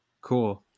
cool